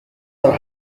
are